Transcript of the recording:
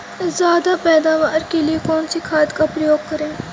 ज्यादा पैदावार के लिए कौन सी खाद का प्रयोग करें?